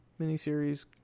miniseries